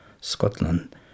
Scotland